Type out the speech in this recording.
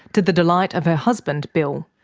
to the delight of her husband bill.